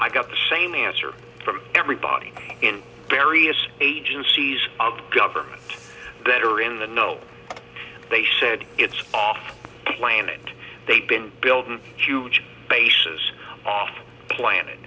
i got the same answer from everybody in various agencies of government that are in the know they said it's off the planet they've been building huge bases off plan